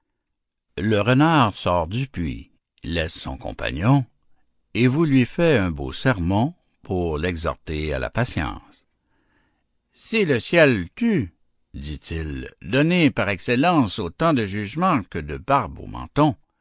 le renard sort du puits laisse son compagnon et vous lui fait un beau sermon pour l'exhorter à patience si le ciel t'eût dit-il donné par excellence autant de jugement que de barbe au menton